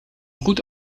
goed